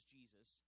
Jesus